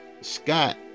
Scott